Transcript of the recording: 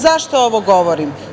Zašto ovo govorim?